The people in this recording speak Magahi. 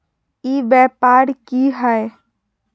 ई व्यापार की हाय?